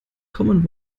common